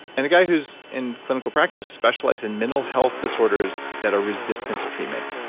and a guy who's in clinical practice specialized in mental health disorders that are resistant to treatment,